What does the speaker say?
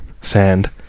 sand